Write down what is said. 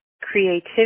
creativity